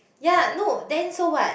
ya no then so what